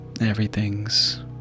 Everything's